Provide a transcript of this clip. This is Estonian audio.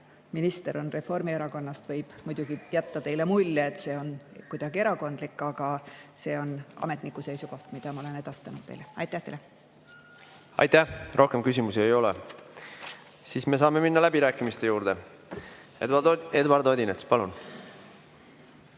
minister on Reformierakonnast, võib muidugi jätta teile mulje, et see on kuidagi erakondlik, aga see on ametniku seisukoht, mille ma olen teile edastanud. Aitäh! Rohkem küsimusi ei ole. Saame minna läbirääkimiste juurde. Eduard Odinets, palun!